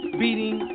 beating